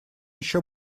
еще